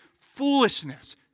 foolishness